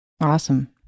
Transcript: Awesome